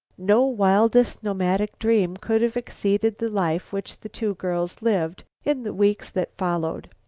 no wildest nomadic dream could have exceeded the life which the two girls lived in the weeks that followed.